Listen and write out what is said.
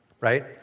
Right